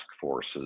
forces